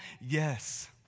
yes